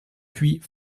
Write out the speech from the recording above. puis